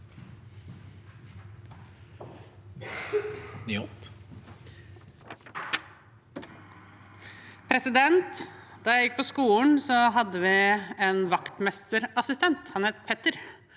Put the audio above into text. leder): Da jeg gikk på skolen, hadde vi en vaktmesterassistent. Han het Petter.